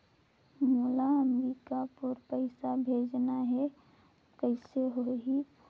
मोला अम्बिकापुर पइसा भेजना है, कइसे होही?